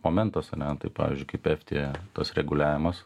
momentas ane tai pavyzdžiui kaip eftė tas reguliavimas